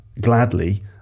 gladly